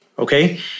Okay